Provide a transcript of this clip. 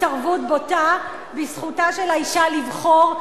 התערבות בוטה בזכותה של האשה לבחור,